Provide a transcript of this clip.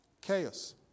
Chaos